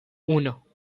uno